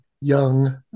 young